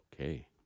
okay